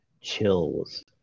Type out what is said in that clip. Chills